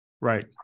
Right